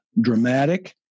dramatic